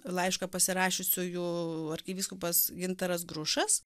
laišką pasirašiusiųjų arkivyskupas gintaras grušas